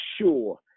sure